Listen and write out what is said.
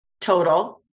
total